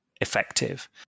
effective